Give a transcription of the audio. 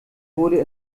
wurde